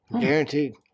Guaranteed